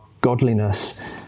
godliness